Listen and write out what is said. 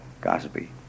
gossipy